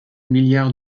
milliard